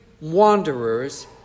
wanderers